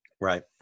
right